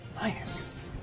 Nice